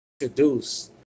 introduce